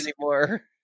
anymore